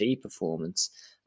performance